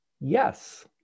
Yes